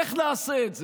איך נעשה את זה,